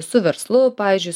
su verslu pavyzdžiui